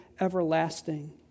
everlasting